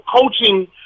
coaching